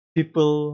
People